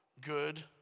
Good